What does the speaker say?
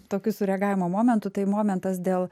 tokių sureagavimo momentų tai momentas dėl